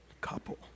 couple